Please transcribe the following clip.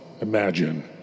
imagine